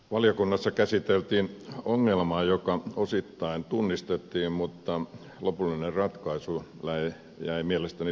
valiokunnassa käsiteltiin ongelmaa joka osittain tunnistettiin mutta lopullinen ratkaisu jäi mielestäni löytämättä